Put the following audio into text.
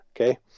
Okay